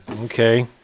Okay